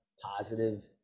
positive